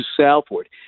southward